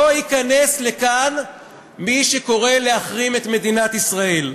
לא ייכנס לכאן מי שקורא להחרים את מדינת ישראל.